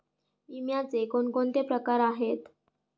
विम्याचे कोणकोणते प्रकार आहेत?